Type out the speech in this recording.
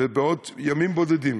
ובעוד ימים בודדים